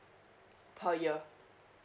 per year